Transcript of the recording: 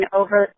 over